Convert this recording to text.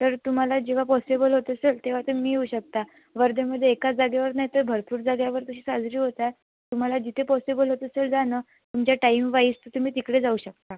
तर तुम्हाला जेव्हा पॉसिबल होत असेल तेव्हा तर मी होऊ शकता वर्ध्यामध्ये एकाच जागेवर नाही तर भरपूर जागेवर तशी साजरी होतात तुम्हाला जिथे पॉसिबल होत असेल जाणं तुमच्या टाईमवाईज तर तुम्ही तिकडे जाऊ शकता